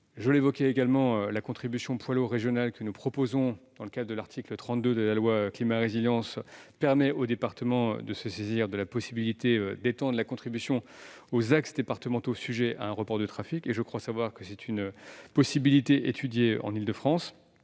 Je l'ai également évoqué, la contribution poids lourd régionale, que nous proposons dans le cadre de l'article 32 du projet de loi Climat et résilience, permettrait aux départements de se saisir de la possibilité d'étendre la contribution aux axes départementaux sujets au report de trafic. Je crois savoir que cette possibilité est étudiée en Île-de-France.